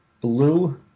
Blue